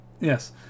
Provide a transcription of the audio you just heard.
Yes